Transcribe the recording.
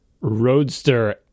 roadster